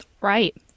Right